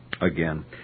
Again